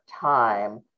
time